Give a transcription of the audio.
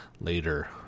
later